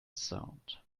sound